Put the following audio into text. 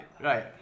right